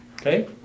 Okay